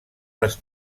les